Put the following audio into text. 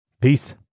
Peace